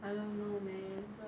I don't know man but